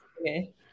okay